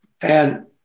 And-